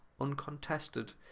uncontested